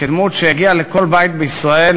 כדמות שהגיעה לכל בית בישראל,